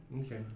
Okay